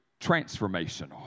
transformational